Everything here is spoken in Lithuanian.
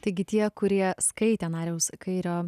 taigi tie kurie skaitė nariaus kairio